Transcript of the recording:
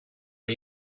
are